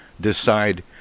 decide